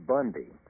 Bundy